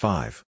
Five